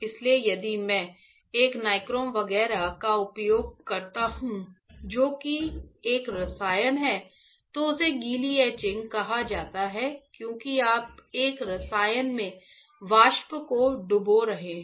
इसलिए यदि मैं एक नाइक्रोम वगैरह का उपयोग करता हूं जो कि एक रसायन है तो उसे गीली एचिंग कहा जाता है क्योंकि आप एक रसायन में वाष्प को डुबो रहे हैं